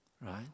Right